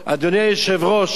אדוני היושב-ראש,